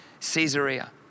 Caesarea